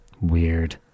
weird